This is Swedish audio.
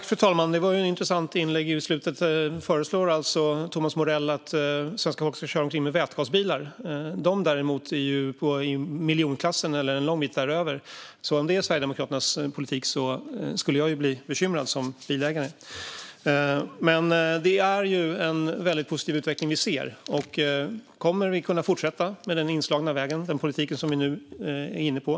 Fru talman! Det var ett intressant inlägg på slutet. Föreslår alltså Thomas Morell att svenska folket ska köra omkring med vätgasbilar? De är ju i miljonklassen eller en lång bit däröver. Om det är Sverigedemokraternas politik skulle jag bli bekymrad som bilägare. Det är en väldigt positiv utveckling vi ser. Vi vill fortsätta på den inslagna vägen med den politik som vi är inne på.